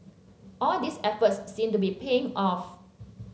all these efforts seem to be paying off